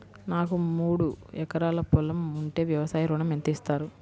నాకు మూడు ఎకరాలు పొలం ఉంటే వ్యవసాయ ఋణం ఎంత ఇస్తారు?